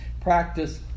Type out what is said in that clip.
Practice